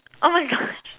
oh my gosh